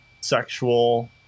sexual